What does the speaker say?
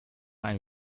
ein